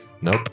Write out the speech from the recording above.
Nope